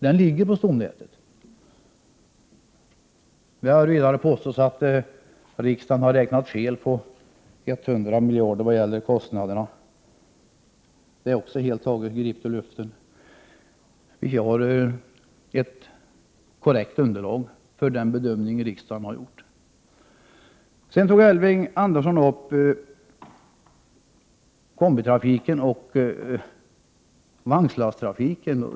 Den ligger på stomnätet. Det har vidare påståtts att riksdagen räknat fel på 100 milj.kr. när det gäller kostnaderna. Det är också gripet helt ur luften. Vi har ett korrekt Prot. 1988/89:106 underlag för den bedömning riksdagen har gjort. Elving Andersson tog också upp frågan om combitrafiken och vagnslasttrafiken.